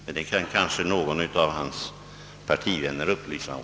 Men det kan kanske någon av hans partivänner upplysa om.